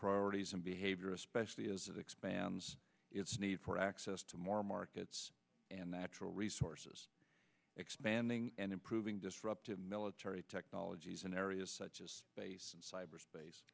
priorities and behavior especially as it expands its need for access to more markets and natural resources expanding and improving disruptive military technologies in areas such as space and cyber